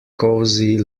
cosy